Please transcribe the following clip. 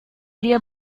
dia